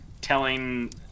telling